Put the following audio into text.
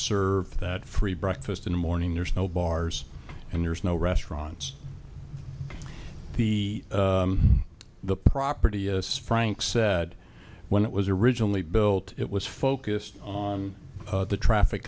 serve that free breakfast in the morning there's no bars and there's no restaurants the the property as frank said when it was originally built it was focused on the traffic